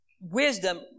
wisdom